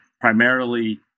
primarily